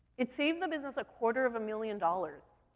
it saved the business a quarter of a million dollars.